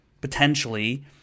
potentially